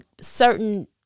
certain